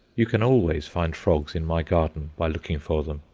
you can always find frogs in my garden by looking for them,